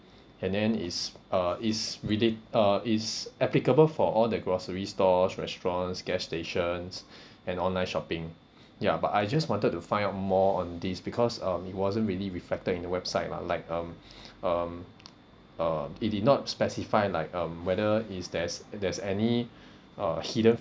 and then it's uh it's really uh it's applicable for all the grocery stores restaurants gas stations and online shopping ya but I just wanted to find out more on this because um it wasn't really reflected in the website lah like um um um it did not specify like um whether is there's there's any uh hidden